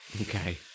Okay